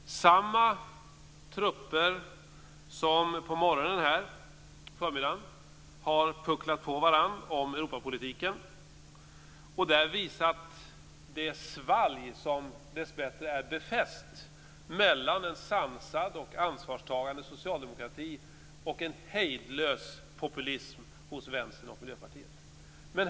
Det är samma trupper som på förmiddagen har pucklat på varandra om Europapolitiken och då visat det svalg som dessbättre är befäst mellan en sansad och ansvarstagande socialdemokrati och en hejdlös populism hos Vänstern och Miljöpartiet.